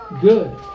good